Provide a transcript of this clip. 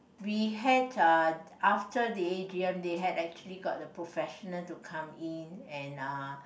we had uh after the a_g_m they had actually got a professional to come in and uh